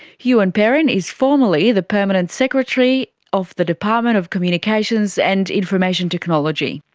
ewan perrin is formally the permanent secretary of the department of communications and information technology.